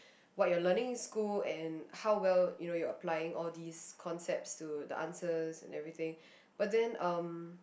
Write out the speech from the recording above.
what you're learning in school and how well you know you're applying all these concepts to the answers and everything but then um